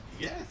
Yes